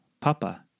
papa